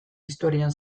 historian